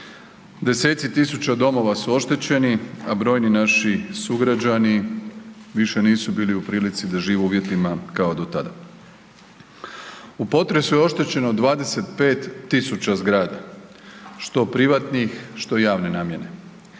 Deseci tisuća domova su oštećeni, a brojni naši sugrađani više nisu bili u prilici da žive u uvjetima kao do tada. U potresu je oštećeno 25 tisuća zgrada, što privatnih, što javne namjene.